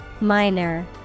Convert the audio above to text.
minor